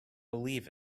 believe